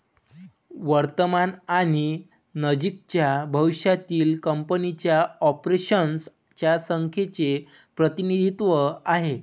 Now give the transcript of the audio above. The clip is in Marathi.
वर्तमान आणि नजीकच्या भविष्यातील कंपनीच्या ऑपरेशन्स च्या संख्येचे प्रतिनिधित्व आहे